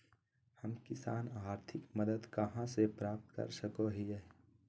हम किसान आर्थिक मदत कहा से प्राप्त कर सको हियय?